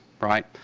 right